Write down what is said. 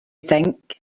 think